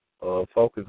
focus